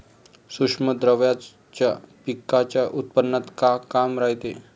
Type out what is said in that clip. सूक्ष्म द्रव्याचं पिकाच्या उत्पन्नात का काम रायते?